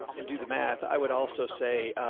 and do the math. i would also say, ah,